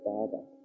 Father